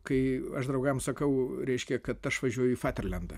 kai aš draugams sakau reiškia kad aš važiuoju į faterlendą